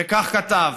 וכך כתב: